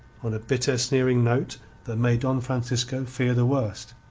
on a bitter, sneering note that made don francisco fear the worst.